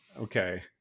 Okay